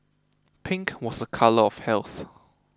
pink was a colour of health